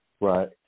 Right